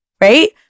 right